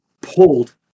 pulled